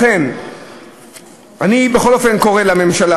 לכן אני בכל אופן קורא לממשלה,